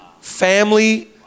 family